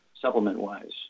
supplement-wise